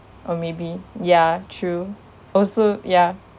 or maybe ya true also ya